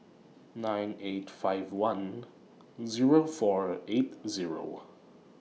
nine eight five one Zero four eight Zero